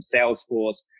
Salesforce